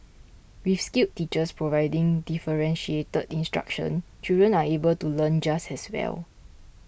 with skilled teachers providing differentiated instruction children are able to learn just as well